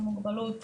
או מוגבלות